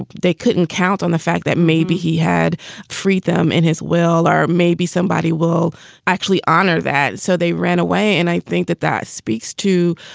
they couldn't count on the fact that maybe he had freed them in his will or maybe somebody will actually honor that. so they ran away. and i think that that speaks to,